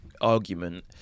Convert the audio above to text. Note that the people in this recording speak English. argument